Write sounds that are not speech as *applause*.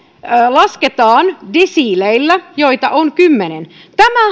lasketaan desiileillä joita on kymmenen tämä *unintelligible*